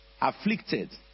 afflicted